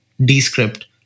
Descript